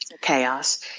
chaos